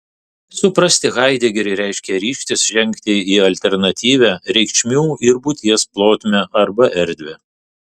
suprasti haidegerį reiškia ryžtis žengti į alternatyvią reikšmių ir būties plotmę arba erdvę